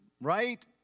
right